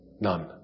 None